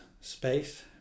space